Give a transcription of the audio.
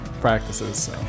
practices